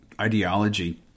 ideology